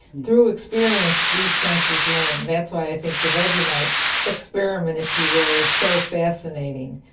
through experience these senses learn. that's why i think the vegemite experiment, if you will, is so fascinating.